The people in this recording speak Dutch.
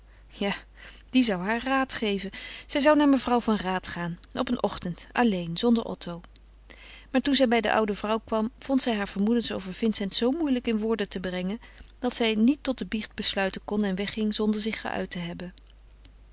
ja die zou haar raad geven zij zou naar mevrouw van raat gaan op een ochtend alleen zonder otto maar toen zij bij de oude vrouw kwam vond zij hare vermoedens over vincent zoo moeilijk in woorden te brengen dat zij niet tot de biecht besluiten kon en wegging zonder zich geuit te hebben